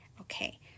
Okay